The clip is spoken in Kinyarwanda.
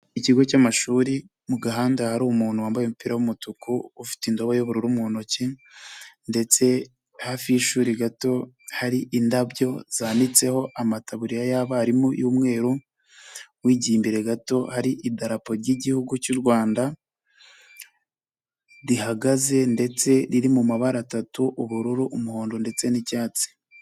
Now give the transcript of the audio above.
Ikigo cy'amashuri mu gahanda hari umuntu wambaye umupira w'umutuku ufite indobo y'ubururu mu ntoki, ndetse hafi y'ishuri gato hari indabyo zanitseho amataburiya y'abarimu y'umweru, wigiye imbere gato hari idarapo ry'Igihugu cy'u Rwanda, rihagaze ndetse riri mu mabara atatu: ubururu, umuhondo ndetse n'icyatsi.